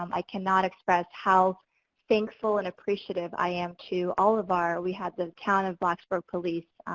um i cannot express how thankful and appreciative i am to all of our, we had the town of blacksburg police,